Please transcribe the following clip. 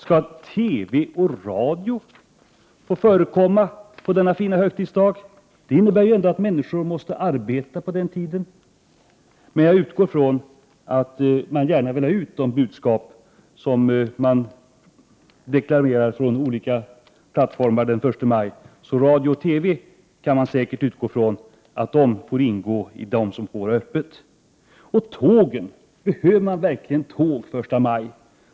Skall TV och radioutsändningar få förekomma på denna fina högtidsdag? Det innebär ju ändå att människor måste arbeta den dagen. Men jag utgår 161 ifrån att man gärna vill ha ut de budskap som man deklarerar från olika plattformar första maj, så man kan säkert räkna med att radio och TV ingår i den grupp som får hålla öppet. Hur är det med tågen? Behöver man verkligen tåg första maj?